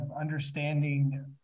understanding